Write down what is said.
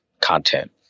content